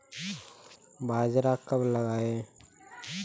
बाजरा कब लगाएँ?